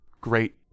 great